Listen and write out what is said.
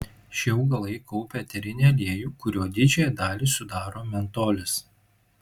šie augalai kaupia eterinį aliejų kurio didžiąją dalį sudaro mentolis